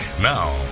Now